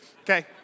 Okay